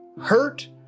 hurt